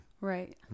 Right